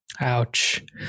Ouch